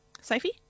Sophie